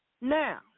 Now